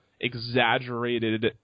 exaggerated